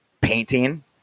painting